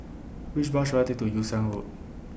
Which Bus should I Take to Yew Siang Road